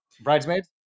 bridesmaids